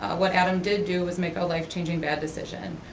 ah what adam did do is make a life-changing bad decision,